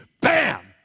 bam